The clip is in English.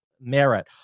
merit